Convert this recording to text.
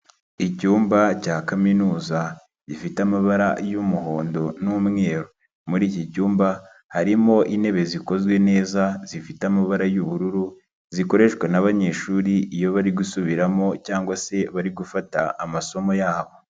Icyumba cya kaminuza gifite amabara y'umuhondo n'umweru, muri iki cyumba harimo intebe zikozwe neza zifite amabara y'ubururu, zikoreshwa n'abanyeshuri iyo bari gusubiramo cyangwa se bari gufata amasomo yabo.